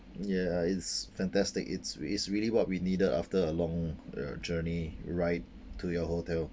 ya it's fantastic it's it's really what we needed after a long uh journey ride to your hotel